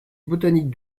botanique